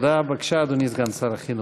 בבקשה, אדוני סגן שר החינוך.